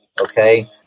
Okay